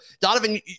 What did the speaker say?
Donovan